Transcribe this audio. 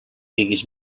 digues